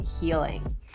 healing